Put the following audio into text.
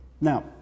Now